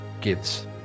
gives